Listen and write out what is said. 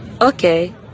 Okay